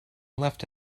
left